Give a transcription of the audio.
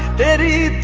did he